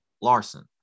larson